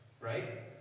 right